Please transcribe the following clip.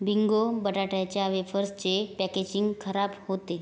Bingo बटाट्याच्या वेफर्सचे packaging खराब होते